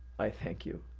i thank you.